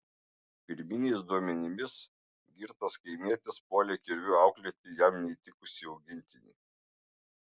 pirminiais duomenimis girtas kaimietis puolė kirviu auklėti jam neįtikusį augintinį